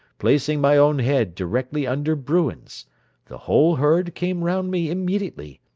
placing my own head directly under bruin's the whole herd came round me immediately,